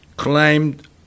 Claimed